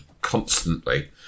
constantly